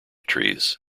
trees